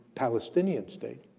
palestinian state,